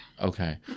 Okay